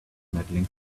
medaling